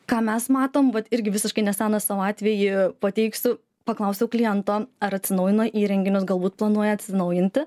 ką mes matom vat irgi visiškai neseną savo atvejį pateiksiu paklausiau kliento ar atsinaujino įrenginius galbūt planuoja atsinaujinti